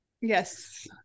Yes